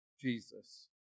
Jesus